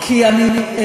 כולם.